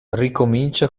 ricomincia